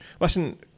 listen